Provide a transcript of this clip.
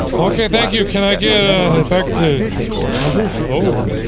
okay thank you can i. get a back to soundproof oh?